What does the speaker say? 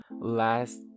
last